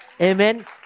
Amen